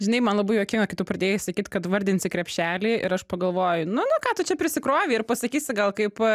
žinai man labai juokinga kai tu pradėjai sakyt kad vardinsi krepšelį ir aš pagalvoju nu nu ką tu čia prisikrovei ir pasakysi gal kaip